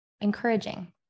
encouraging